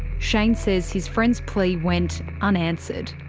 shane says his friend's plea went unanswered.